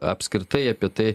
apskritai apie tai